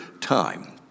time